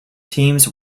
teams